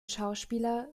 schauspieler